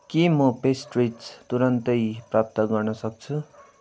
के म पेस्ट्रिज तुरुन्तै प्राप्त गर्नसक्छु